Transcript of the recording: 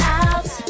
out